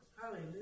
Hallelujah